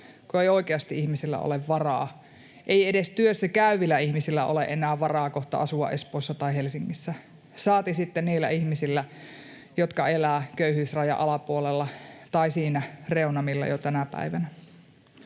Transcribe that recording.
kun ei oikeasti ihmisillä ole varaa. Ei edes työssä käyvillä ihmisillä ole enää varaa kohta asua Espoossa tai Helsingissä, saati sitten niillä ihmisillä, jotka elävät köyhyysrajan alapuolella tai siinä reunamilla jo tänä päivänä.